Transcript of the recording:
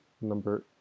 number